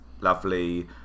lovely